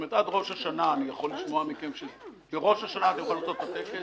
כלומר עד ראש השנה תוכלו לערוך את הטקס?